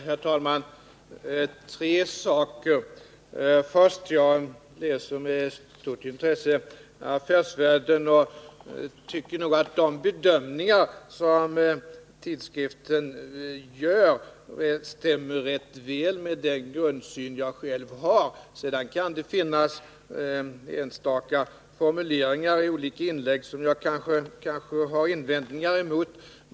Herr talman! Jag vill ta upp tre saker. För det första: Jag tycker nog att de bedömningar som tidskriften Affärsvärlden gör stämmer rätt väl med den grundsyn som jag själv har. Sedan kan det finnas enstaka formuleringar i olika inlägg som jag kanske har invändningar emot.